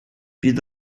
bydd